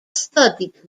studied